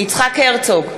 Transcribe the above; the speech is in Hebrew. הרצוג,